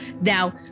Now